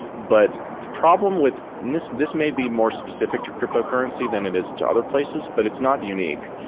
but the problem with this this may be more specific to cryptocurrency than it is to other places, but it's not unique,